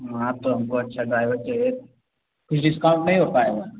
हाँ तो हमको अच्छा ड्राइवर चाहिए कुछ डिस्काउंट नहीं हो पाएगा